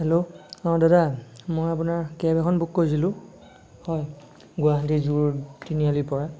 hello অঁ দাদা মই আপোনাৰ কেব এখন বুক কৰিছিলোঁ হয় গুৱাহাটীৰ জু ৰোড তিনিআলিৰ পৰা